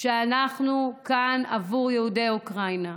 שאנחנו כאן עבור יהודי אוקראינה.